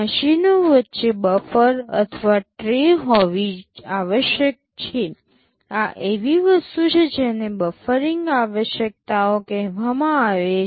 મશીનો વચ્ચે બફર અથવા ટ્રે હોવી આવશ્યક છે આ એવી વસ્તુ છે જેને બફરિંગ આવશ્યકતાઓ કહેવામાં આવે છે